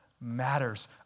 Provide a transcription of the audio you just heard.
matters